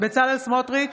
בצלאל סמוטריץ'